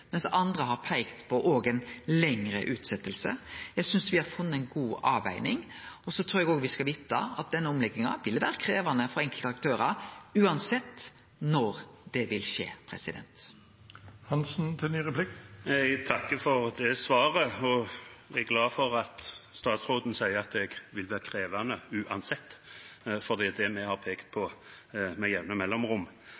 mens andre har peikt på ei lengre utsetjing. Eg synest me har funne ei god avveging, og så trur eg òg me skal vite at denne omlegginga vil vere krevjande for enkelte aktørar uansett når ho vil skje. Jeg takker for det svaret og er glad for at statsråden sier at det vil være krevende uansett, for det har vi pekt på